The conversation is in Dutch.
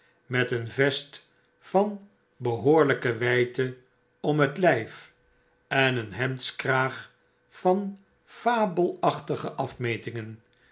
met een vest van behoorlyke wydte om het lyf en een hemdskraag van fabelachtige afmetingen